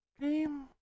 game